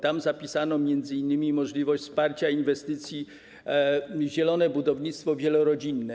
Tam zapisano m.in. możliwość wsparcia inwestycji: zielone budownictwo wielorodzinne.